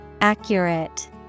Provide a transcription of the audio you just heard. Accurate